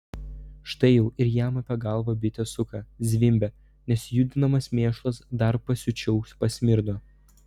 štai jau ir jam apie galvą bitė suka zvimbia nes judinamas mėšlas dar pasiučiau pasmirdo